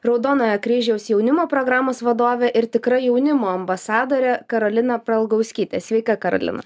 raudonojo kryžiaus jaunimo programos vadovė ir tikra jaunimo ambasadorė karolina pralgauskytė sveika karolina